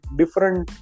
different